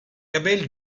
abel